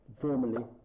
formally